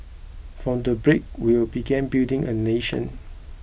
from that break we began building a nation